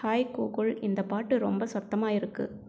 hi Google இந்தப் பாட்டு ரொம்ப சத்தமாக இருக்கு